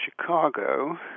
Chicago